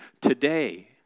today